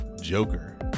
Joker